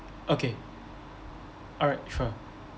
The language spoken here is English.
okay alright sure